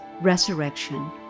Resurrection